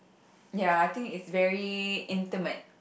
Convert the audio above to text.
ya I think it's very intimate